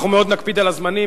אנחנו מאוד נקפיד על הזמנים,